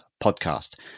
podcast